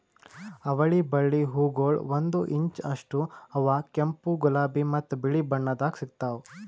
ಅವಳಿ ಬಳ್ಳಿ ಹೂಗೊಳ್ ಒಂದು ಇಂಚ್ ಅಷ್ಟು ಅವಾ ಕೆಂಪು, ಗುಲಾಬಿ ಮತ್ತ ಬಿಳಿ ಬಣ್ಣದಾಗ್ ಸಿಗ್ತಾವ್